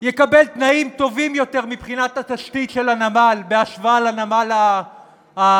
יקבל תנאים טובים יותר מבחינת התשתית של הנמל בהשוואה לנמל הישן,